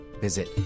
visit